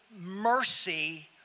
mercy